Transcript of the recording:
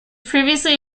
previously